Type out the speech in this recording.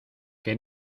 que